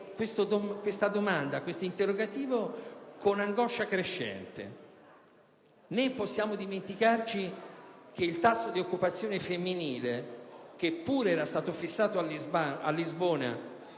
vissuto questo interrogativo con angoscia crescente. Né possiamo dimenticarci che il tasso di occupazione femminile, che pure era stato fissato a Lisbona